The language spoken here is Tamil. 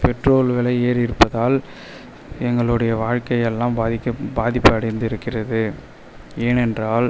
பெட்ரோல் விலை ஏறிருப்பதால் எங்களுடைய வாழ்க்கை எல்லாம் பாதிக்க பாதிப்படைத்திருக்கிறது ஏனென்றால்